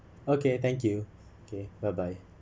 okay thank you okay bye bye